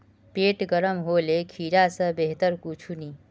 पेट गर्म होले खीरा स बेहतर कुछू नी